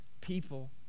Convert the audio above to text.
people